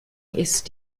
ist